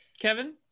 Kevin